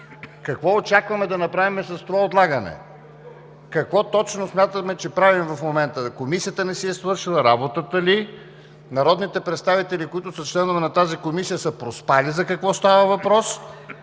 Какво очакваме да направим с това отлагане? Какво точно смятаме, че правим в момента? Комисията не си е свършила работата ли, народните представители, които са членове на тази Комисия, са проспали за какво става въпрос